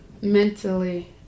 Mentally